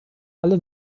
alle